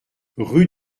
rue